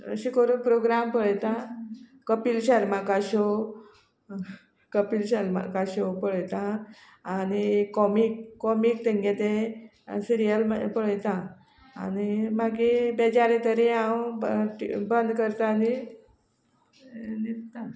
अशें करून प्रोग्राम पळयतां कपील शर्मा का शो कपील शर्मा का शो पळयतां आनी कॉमीक कॉमीक तेंगे तें सिरियल पळयतां आनी मागीर बेजार येतरी हांव ब टी वी बंद करता आनी न्हिदतां